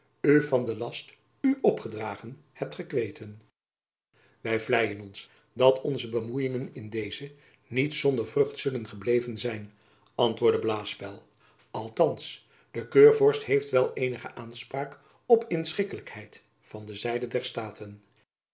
u van den last u opgedragen hebt gekweten wy vleien ons dat onze bemoejingen in dezen niet zonder vrucht zullen gebleven zijn antwoordde blaespeil althands de keurvorst heeft wel eenige aanspraak op inschikkelijkheid van de zijde der staten